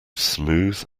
smooth